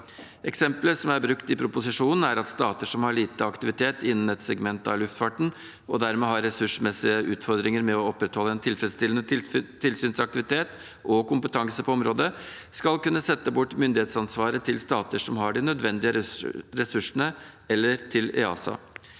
Eksempelet som er brukt i proposisjonen, er at stater som har lite aktivitet innen et segment av luftfarten, og dermed har ressursmessige utfordringer med å opprettholde en tilfredsstillende tilsynsaktivitet og kompetanse på området, skal kunne sette bort myndighetsansvaret til stater som har de nødvendige ressursene, eller til EASA.